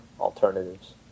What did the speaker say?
alternatives